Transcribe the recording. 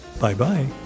Bye-bye